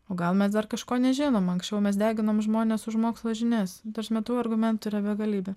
o gal mes dar kažko nežinom anksčiau mes deginom žmones už mokslo žinias nu ta prasme tų argumentų yra begalybė